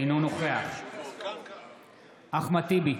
אינו נוכח אחמד טיבי,